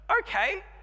okay